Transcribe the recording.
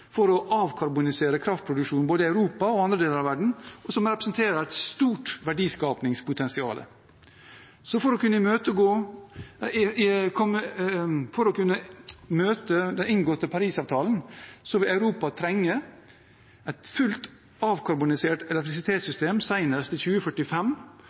for å avkarbonisere kraftproduksjonen i både Europa og andre deler av verden, og som representerer et stort verdiskapingspotensial. For å kunne holde den inngåtte Paris-avtalen vil Europa trenge et fullt avkarbonisert